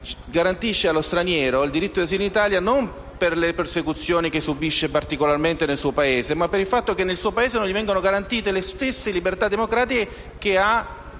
garantisce allo straniero il diritto di asilo in Italia, e non per le persecuzioni che subisce nel suo Paese, ma per il fatto che nel suo Paese non gli vengono garantite le stesse libertà democratiche che ha